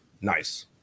Nice